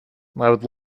would